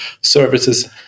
services